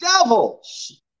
devils